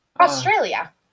Australia